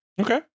Okay